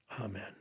Amen